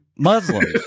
Muslims